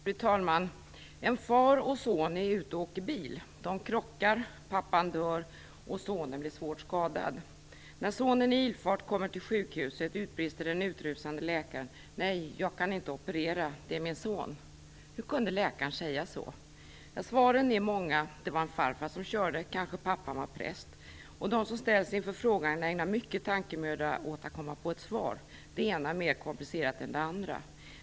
Fru talman! En far och hans son är ute och åker bil. De krockar, pappan dör och sonen blir svårt skadad. När sonen i ilfart kommer till sjukhuset utbrister den utrusande läkaren: Nej, jag kan inte operera. Det är min son. Hur kunde läkaren säga så? Svaren kan vara många. Det kan ha varit farfar som körde. Kanske pappan var präst. De som ställs inför frågan ägnar mycken tankemöda åt att komma på ett svar - det ena mer komplicerat än det andra.